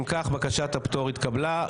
אם כך, בקשת הפטור התקבלה.